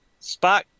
Spock